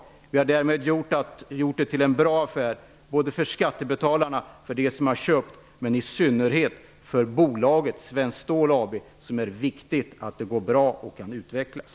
Därmed har vi gjort det hela till en bra affär såväl för skattebetalarna som för dem som har köpt och i synnerhet för bolaget Svenskt Stål AB. Det är viktigt att det går bra för det bolaget och att det kan utvecklas.